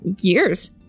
years